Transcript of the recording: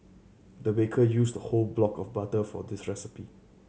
the baker used a whole block of butter for this recipe